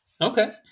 okay